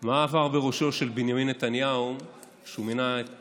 של בנימין נתניהו כשהוא מינה את